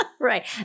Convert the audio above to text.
Right